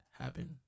happen